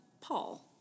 Paul